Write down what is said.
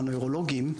הנוירולוגים,